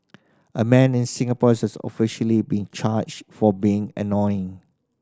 a man in Singapore has officially been charged for being annoying